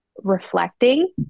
reflecting